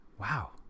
Wow